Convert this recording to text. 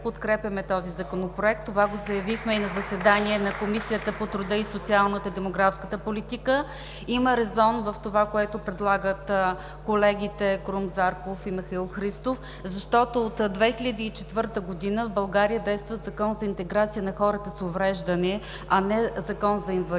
Това го заявихме и на заседание на Комисията по труда, социалната и демографската политика. Има резон в това, което предлагат колегите Крум Зарков и Михаил Христов, защото от 2004 г. в България действа Закон за интеграция на хората с увреждания, а не Закон за инвалидите.